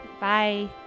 Bye